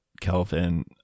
Kelvin